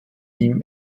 ihm